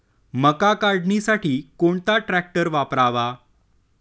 मका काढणीसाठी कोणता ट्रॅक्टर वापरावा?